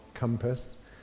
compass